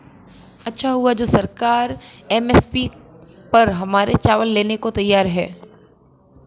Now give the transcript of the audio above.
अच्छा हुआ जो सरकार एम.एस.पी पर हमारे चावल लेने को तैयार है